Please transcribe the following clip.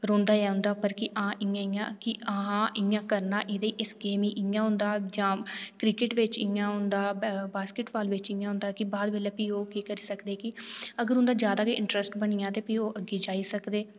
रौहदा ऐ की आं इंया इंया की आं इंया करना जां इस गेम बिच इंया करना क्रिकेट बिच इंया होंदा बास्केटबॉल बिच इंया होंदा कि बाद बेल्लै ओह् केह् करी सकदे की ते भी अग्गें उंदा जादा गै इंटरस्ट बनी जा ते भी ओह् अग्गैंं जाई सकदे